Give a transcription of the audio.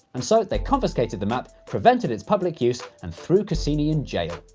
and so they confiscated the map, prevented its public use, and threw cassini in jail.